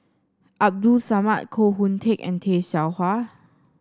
Abdul Samad Koh Hoon Teck and Tay Seow Huah